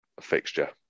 fixture